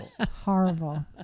Horrible